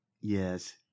yes